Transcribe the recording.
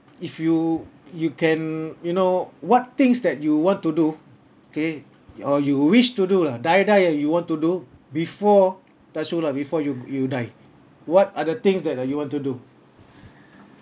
if you you can you know what things that you want to do K or you wish to do lah die die ah you want to do before touch wood lah before you you die what are the things that ah you want to do